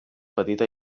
petita